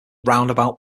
roundabout